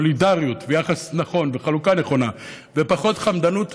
סולידריות ויחס נכון וחלוקה נכונה ופחות חמדנות